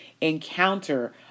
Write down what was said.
encounter